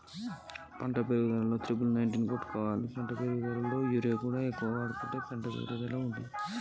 పంట పెరుగుదలలో ఎట్లాంటి మందులను కొట్టాలి?